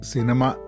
Cinema